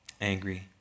angry